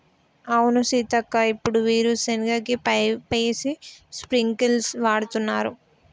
అవును సీతక్క ఇప్పుడు వీరు సెనగ కి పైపేసి స్ప్రింకిల్స్ వాడుతున్నారు